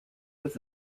was